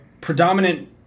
predominant